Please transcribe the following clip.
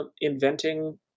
inventing